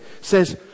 says